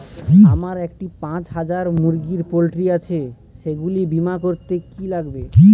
আমার একটি পাঁচ হাজার মুরগির পোলট্রি আছে সেগুলি বীমা করতে কি লাগবে?